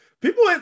people